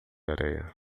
areia